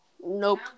Nope